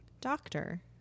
doctor